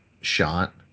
shot